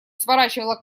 сворачивала